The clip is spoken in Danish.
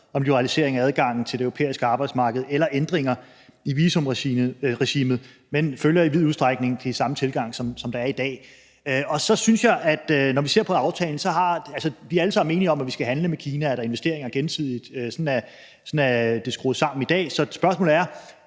om liberalisering af adgangen til det europæiske arbejdsmarked eller ændringer i visumregimet, men det følger i vid udstrækning den samme tilgang, som der er i dag. Vi er alle sammen enige om, at vi skal handle med Kina, så der er investeringer gensidigt. Sådan er det skruet sammen i dag. Så spørgsmålet er,